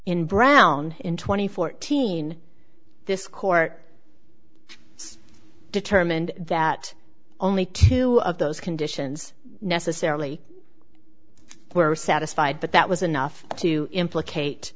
in brown in two thousand and fourteen this court determined that only two of those conditions necessarily were satisfied but that was enough to implicate